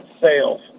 sales